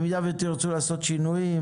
במידה ותרצו לעשות שינויים,